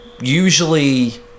usually